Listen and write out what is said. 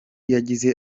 yagize